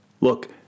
Look